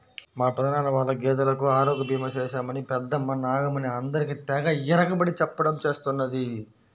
మా పెదనాన్న వాళ్ళ గేదెలకు ఆరోగ్య భీమా చేశామని పెద్దమ్మ నాగమణి అందరికీ తెగ ఇరగబడి చెప్పడం చేస్తున్నది